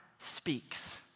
speaks